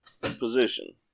position